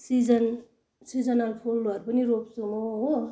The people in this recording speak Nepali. सिजन सिजनल फुल भए पनि रोप्छु म हो